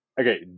Okay